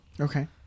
Okay